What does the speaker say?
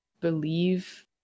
believe